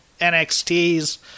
NXTs